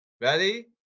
Ready